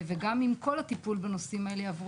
וגם אם כל הטיפול בנושאים האלה יעבור